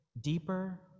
deeper